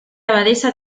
abadesa